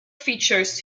features